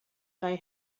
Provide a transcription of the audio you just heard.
they